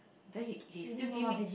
then he he still give me